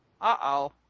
Uh-oh